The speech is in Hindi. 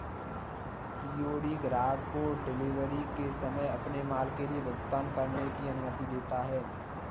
सी.ओ.डी ग्राहक को डिलीवरी के समय अपने माल के लिए भुगतान करने की अनुमति देता है